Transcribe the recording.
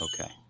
Okay